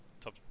Top